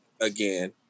again